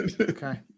Okay